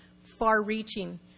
far-reaching